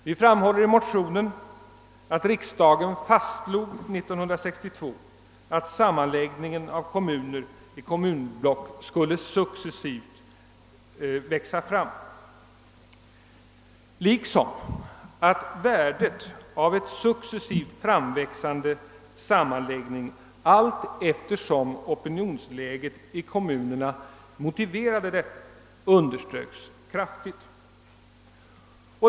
Vi framhåller i motionen att riksdagen år 1962 fastslog, att sammanläggningen av kommuner i kommunblock skulle växa fram successivt, och värdet av en successivt framväxande sammanläggning allteftersom opinionsläget i kommunerna motiverade detta underströks kraftigt.